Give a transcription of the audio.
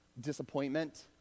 disappointment